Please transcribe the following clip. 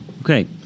Okay